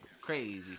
Crazy